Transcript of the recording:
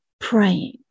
praying